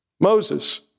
Moses